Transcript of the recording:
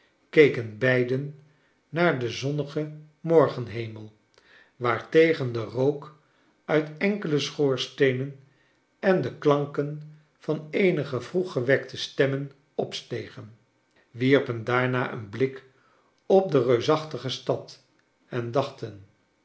keken beiden naar den zonnigen morgenhemel waartegen de rook uit enkele schoorsteenen en de klanken van eenige vroeg gewekte stemmen opstegen wierpen daarna een blik op de reusachtige stad en dachten